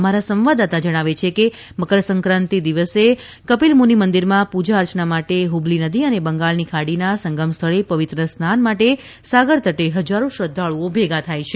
અમારા સંવાદદાતા જણાવે છે કે મકરસંક્રાતિના દિવસે કપિલ મુનિ મંદિરમાં પૂજા અર્ચના માટે ફબલી નદી અને બંગાળની ખાડીના સંગમ સ્થળે પવિત્ર સ્નાન માટે સાગર તટે ફજારો શ્રદ્ધાળુઓ ભેગા થાય છે